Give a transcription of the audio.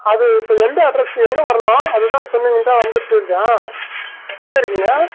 அது இப்போ எந்த அட்ரஸ்க்கு எங்கே வரணும் அதுதான் சொன்னிங்கன் தான் வந்துட்யிருக்கேன் எங்கே இருக்கீங்க